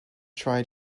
try